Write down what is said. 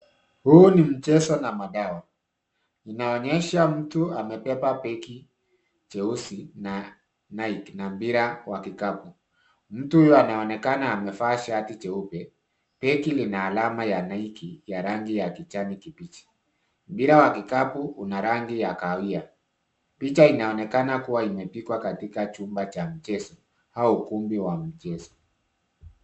Huu ni mchezo na madawa. Inaonyesha mtu amebeba begi jeusi la Nike na mpira wa kikapu. Mtu huyu anaonekana amevaa shati jeupe. Begi lina alama ya nike ya rangi ya kijani kibichi. Mpira wa kikapu una rangi ya kahawia. Picha inaonekana kuwa imepigwa katika chumba cha mchezo au ukumbi wa mchezo.